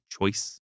choice